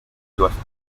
doivent